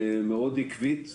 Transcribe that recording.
מאוד עקבית,